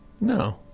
no